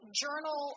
journal